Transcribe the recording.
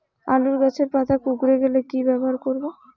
আলুর গাছের পাতা কুকরে গেলে কি ব্যবহার করব?